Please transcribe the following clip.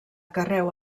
carreu